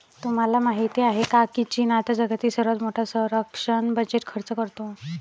तुम्हाला माहिती आहे का की चीन आता जगातील सर्वात मोठा संरक्षण बजेट खर्च करतो?